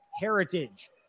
Heritage